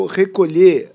recolher